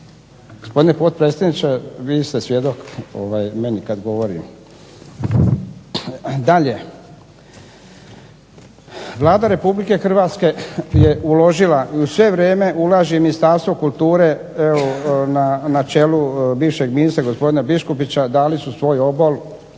Gospodine potpredsjedniče, vi ste svjedok meni kad govorim. Dalje, Vlada Republike Hrvatske je uložila i sve vrijeme ulaže Ministarstvo kulture evo na čelu bivšeg ministra gospodina Biškupića dali su svoj obol